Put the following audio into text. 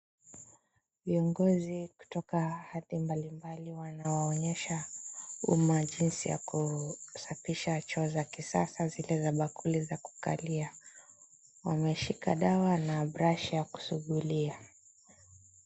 Viongozi kutoka hadhi mbalimbali wanawaonyesha umma jinsi ya kusafisha choo za kisasa zile za bakuli za kukalia. Wameshika dawa na brashi ya kusugulia.